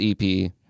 EP